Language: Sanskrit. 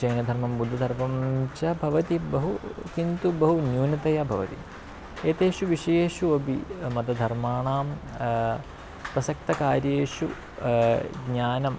जैनधर्मं बुद्धधर्मं च भवति बहु किन्तु बहु न्यूनतया भवति एतेषु विषयेषु अपि मतधर्माणां प्रसक्तकार्येषु ज्ञानं